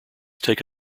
take